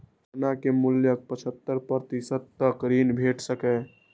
सोना के मूल्यक पचहत्तर प्रतिशत तक ऋण भेट सकैए